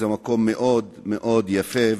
זה מקום מאוד מאוד יפה,